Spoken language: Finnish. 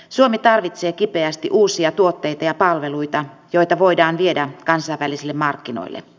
suomi tarvitsee kipeästi uusia tuotteita ja palveluita joita voidaan viedä kansainvälisille markkinoille